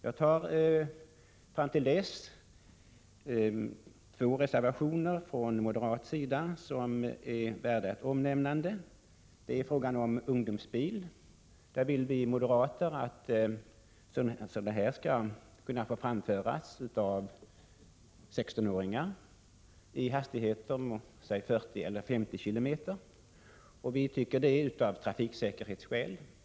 Dessförinnan vill jag behandla två reservationer från moderat sida som är värda ett omnämnande. Vi moderater vill att ungdomsbil skall få framföras av 16-åringar med en hastighet av 40 eller 50 km/tim. Det är av trafiksäkerhetsskäl.